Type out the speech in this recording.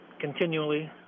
continually